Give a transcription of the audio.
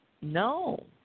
No